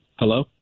Hello